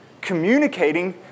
communicating